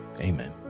amen